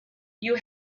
you